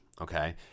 okay